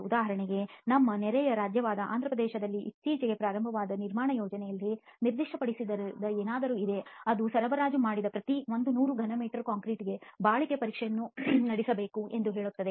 ಉದಾಹರಣೆಗೆ ನಮ್ಮ ನೆರೆಯ ರಾಜ್ಯವಾದ ಆಂಧ್ರಪ್ರದೇಶದಲ್ಲಿ ಇತ್ತೀಚೆಗೆ ಪ್ರಾರಂಭವಾದ ನಿರ್ಮಾಣ ಯೋಜನೆಗಳಲ್ಲಿ ನಿರ್ದಿಷ್ಟಪಡಿಸಿದ ಏನಾದರೂ ಇದೆ ಅದು ಸರಬರಾಜು ಮಾಡಿದ ಪ್ರತಿ 100 ಘನ ಮೀಟರ್ ಕಾಂಕ್ರೀಟ್ಗೆ ಬಾಳಿಕೆ ಪರೀಕ್ಷೆಯನ್ನು ನಡೆಸಬೇಕು ಎಂದು ಹೇಳುತ್ತದೆ